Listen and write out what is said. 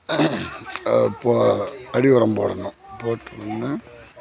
அப்போது அடி உரம் போடணும் போட்டமுன்னா